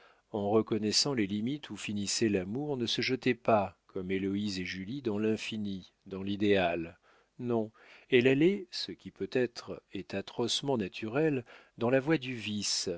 en reconnaissant les limites où finissait l'amour ne se jetait pas comme héloïse et julie dans l'infini dans l'idéal non elle allait ce qui peut-être est atrocement naturel dans la voie du vice